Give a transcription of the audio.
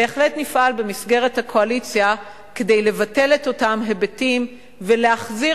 בהחלט נפעל במסגרת הקואליציה כדי לבטל את אותם היבטים ולהחזיר